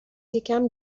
یکم